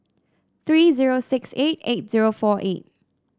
three zero six eight eight zero four eight